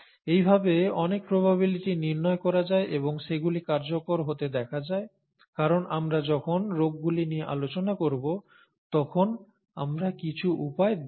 এইভাবে অনেক প্রবাবিলিটি নির্ণয় করা যায় এবং সেগুলি কার্যকর হতে দেখা যায় কারণ আমরা যখন রোগ গুলি নিয়ে আলোচনা করব তখন আমরা কিছু উপায় দেখব